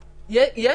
משהו?